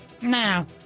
Now